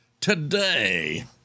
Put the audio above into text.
today